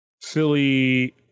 silly